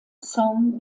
song